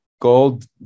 gold